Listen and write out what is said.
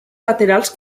laterals